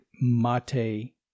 mate